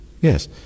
yes